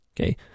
Okay